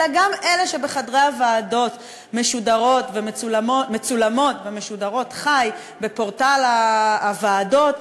אלא גם אלה שבחדרי הוועדות מצולמות ומשודרות חי בפורטל הוועדות.